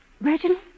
Reginald